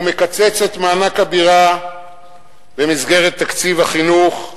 הוא מקצץ את מענק הבירה במסגרת תקציב החינוך,